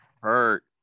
hurt